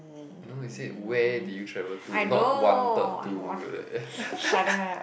no you said where did you travel to not wanted to